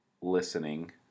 listening